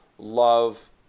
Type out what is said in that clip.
love